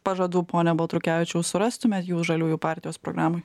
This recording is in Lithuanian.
pažadų pone baltrukevičiau surastumėt jūs žaliųjų partijos programoj